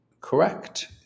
correct